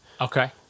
Okay